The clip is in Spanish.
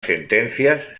sentencias